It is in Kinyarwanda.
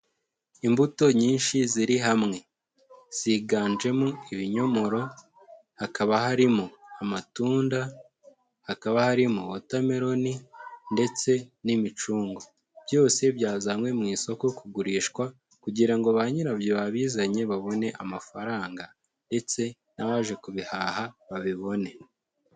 Imbuto nyinshi ziri hamwe. Ziganjemo ibinyomoro, hakaba harimo amatunda, hakaba harimo wotameroni ndetse n'imicungo. Byose byazanywe mu isoko kugurishwa kugira ngo banyirabyo babizanye, babone amafaranga ndetse n'abaje kubihaha babibone.